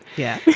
yeah.